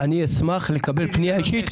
אני אשמח לקבל פנייה אישית.